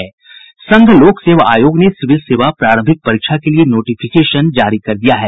संघ लोक सेवा आयोग ने सिविल सेवा प्रारंभिक परीक्षा के लिए नोटिफिकेशन जारी कर दिया है